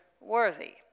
worthy